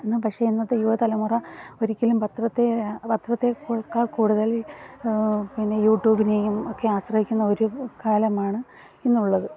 ഇന്ന് പക്ഷേ ഇന്നത്തെ യുവതലമുറ ഒരിക്കലും പത്രത്തെ പത്രത്തെക്കാൾ കൂടുതൽ പിന്നെ യൂട്യൂബിനെയും ഒക്കെ ആശ്രയിക്കുന്ന ഒരു കാലമാണ് ഇന്നുള്ളത്